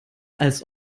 als